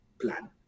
plan